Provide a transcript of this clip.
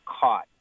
caught